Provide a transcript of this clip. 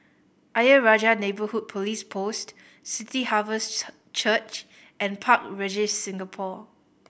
Ayer Rajah Neighbourhood Police Post City Harvest Church and Park Regis Singapore